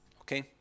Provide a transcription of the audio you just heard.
okay